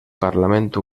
parlamento